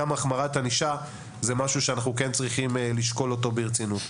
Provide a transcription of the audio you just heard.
גם החמרת ענישה זה משהו שאנחנו כן צריכים לשקול ברצינות.